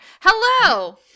Hello